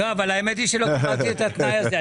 האמת היא שלא קיבלתי את התנאי הזה.